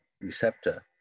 receptor